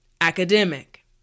academic